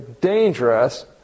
dangerous